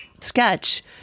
sketch